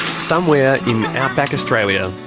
somewhere in outback australia,